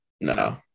No